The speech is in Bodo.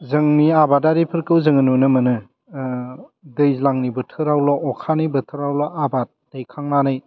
जोंनि आबादारिफोरखौ जों नुनो मोनो दैज्लांनि बोथोरावल' अखानि बोथोरावल' आबाद दैखांनानै